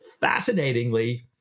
fascinatingly